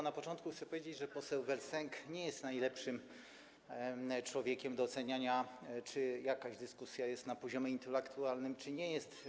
Na początku chcę powiedzieć, że poseł vel Sęk nie jest najlepszym człowiekiem do oceniania, czy jakaś dyskusja jest na poziomie intelektualnym, czy nie jest.